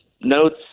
notes